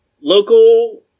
local –